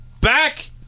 back